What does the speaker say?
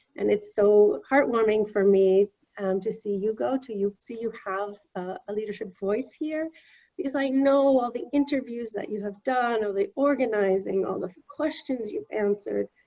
and it's so heartwarming for me and to see you go to. see you have a leadership voice here because i know all the interviews that you have done all the organizing, all the questions you've answered,